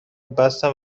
بستم